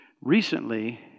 recently